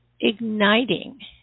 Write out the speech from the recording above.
igniting